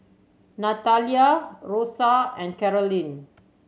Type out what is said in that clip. Nathalia Rosa and Carolyn